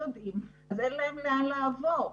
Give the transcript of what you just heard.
אז אין להם לאן לעבור.